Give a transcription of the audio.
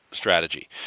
strategy